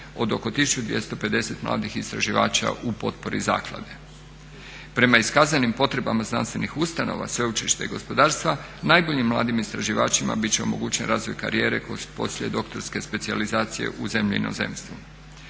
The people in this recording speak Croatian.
od oko 1250 mladih istraživača u potpori zaklade. Prema iskazanim potrebama znanstvenih ustanova, sveučilišta i gospodarstva najboljim mladim istraživačima bit će omogućen razvoj karijere, poslijedoktorske specijalizacije u zemlji i inozemstvu.